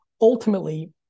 Ultimately